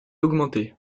augmentée